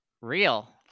Real